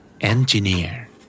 Engineer